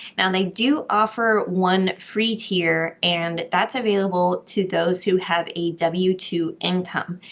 now, they do offer one free tier and that's available to those who have a w two income.